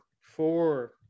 four